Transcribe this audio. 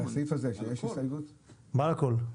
על הכל.